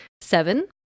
Seven